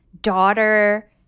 daughter